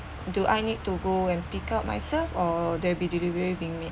do I need to go and pick up myself or there'll be delivery been made